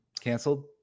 Canceled